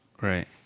Right